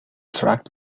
tracked